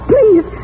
Please